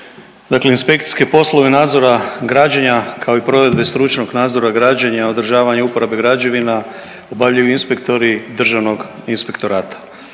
Dakle, inspekcijske poslove nadzora građenja kao i provedbe stručnog nadzora građenja, održavanja i uporabe građevina obavljaju inspektori Državnog inspektorata.